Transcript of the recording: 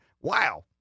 wow